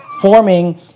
forming